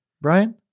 Brian